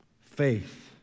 Faith